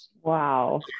Wow